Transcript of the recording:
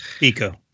Eco